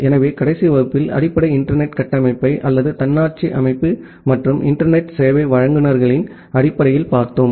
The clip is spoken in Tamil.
எனவே கடைசி வகுப்பில் அடிப்படை இன்டர்நெட் கட்டமைப்பை அல்லது தன்னாட்சி அமைப்பு மற்றும் இன்டர்நெட் சேவை வழங்குநர்களின் அடிப்படையில் பார்த்தோம்